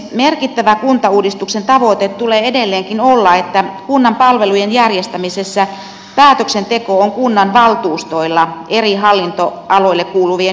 merkittävä kuntauudistuksen tavoite tulee edelleenkin olla että kunnan palvelujen järjestämisessä päätöksenteko on kunnanvaltuustoilla eri hallintoaloille kuulu vien yhteistoimintaorganisaatioiden sijasta